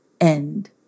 end